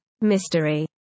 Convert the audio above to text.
mystery